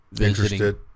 Interested